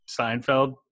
Seinfeld